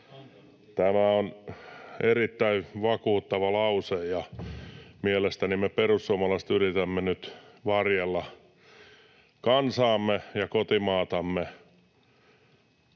Tämä on erittäin vakuuttava lause, ja mielestäni me perussuomalaiset yritämme nyt varjella kansaamme ja kotimaatamme